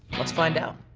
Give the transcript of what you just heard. let's find out.